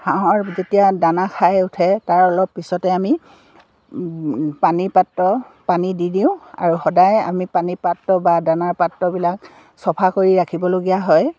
হাঁহৰ যেতিয়া দানা খাই উঠে তাৰ অলপ পিছতে আমি পানী পাত্ৰ পানী দি দিওঁ আৰু সদায় আমি পানী পাত্ৰ বা দানাৰ পাত্ৰবিলাক চফা কৰি ৰাখিবলগীয়া হয়